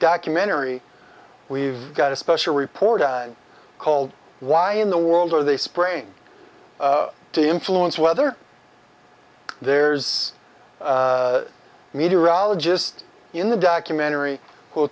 documentary we've got a special report called why in the world are they sprain to influence whether there's a meteorologist in the documentary w